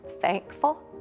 thankful